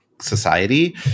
society